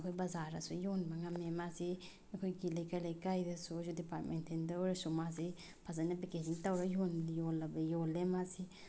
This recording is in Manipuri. ꯑꯩꯈꯣꯏ ꯕꯖꯥꯔꯗꯁꯨ ꯌꯣꯟꯕ ꯉꯝꯃꯦ ꯃꯥꯁꯤ ꯑꯩꯈꯣꯏꯒꯤ ꯂꯩꯀꯥꯏ ꯂꯩꯀꯥꯏꯗꯁꯨ ꯗꯤꯄꯥꯔ꯭ꯇꯃꯦꯟꯇꯦꯜꯗ ꯑꯣꯏꯔꯁꯨ ꯃꯥꯁꯤ ꯐꯖꯅ ꯄꯦꯛꯀꯦꯖꯤꯡ ꯇꯧꯔꯒ ꯌꯣꯜꯂꯦ ꯃꯥꯁꯤ